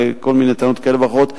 וכל מיני טענות כאלה ואחרות.